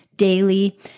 daily